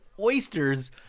oysters